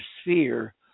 sphere